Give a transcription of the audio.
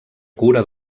cura